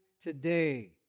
today